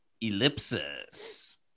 Ellipsis